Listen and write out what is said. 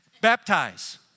Baptize